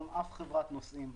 מיום ליום יש יותר מטוסים באוויר.